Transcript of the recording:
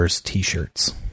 T-shirts